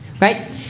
right